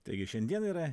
taigi šiandien yra